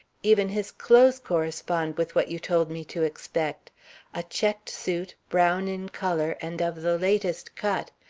even his clothes correspond with what you told me to expect a checked suit, brown in color, and of the latest cut.